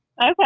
Okay